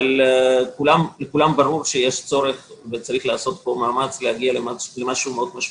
לכולם ברור שיש צורך ושצריך לעשות פה מאמץ להגיע למשהו מאוד משמעותי.